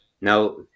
Now